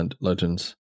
Legends